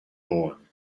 born